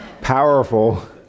powerful